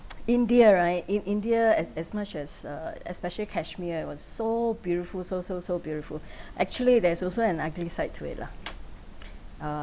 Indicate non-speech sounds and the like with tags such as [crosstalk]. [noise] india right in india as as much as uh especially kashmir it was so beautiful so so so beautiful actually there's also an ugly side to it lah [noise] uh